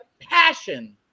passion